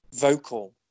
vocal